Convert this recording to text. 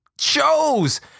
shows